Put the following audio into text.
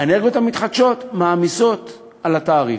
האנרגיות המתחדשות מעמיסות על התעריף.